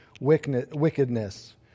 wickedness